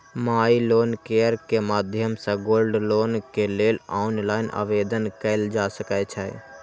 माइ loan care के माध्यम सं गोल्ड लोन के लेल ऑनलाइन आवेदन कैल जा सकै छै